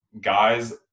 Guys